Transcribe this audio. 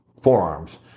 forearms